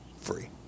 free